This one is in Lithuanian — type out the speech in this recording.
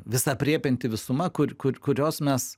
visa aprėpianti visuma kur kur kurios mes